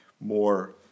more